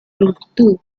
longitud